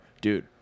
Dude